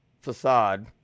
facade